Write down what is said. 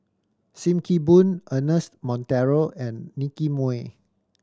Sim Kee Boon Ernest Monteiro and Nicky Moey